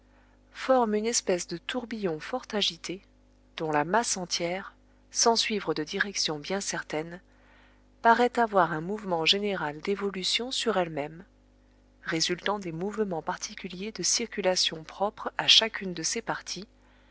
forme une espèce de tourbillon fort agité dont la masse entière sans suivre de direction bien certaine paraît avoir un mouvement général d'évolution sur elle-même résultant des mouvements particuliers de circulation propre à chacune de ses parties